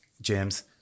James